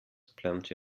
plenty